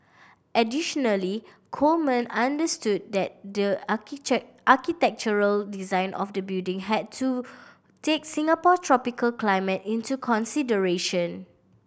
additionally Coleman understood that the architectural design of the building had to take Singapore tropical climate into consideration